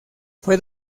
fue